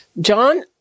John